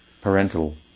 parental